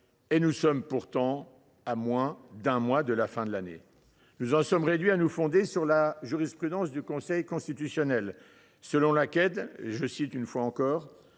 et nous sommes à moins d’un mois de la fin de l’année. Nous en sommes réduits à nous fonder sur la jurisprudence du Conseil constitutionnel selon laquelle « en l’absence